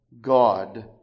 God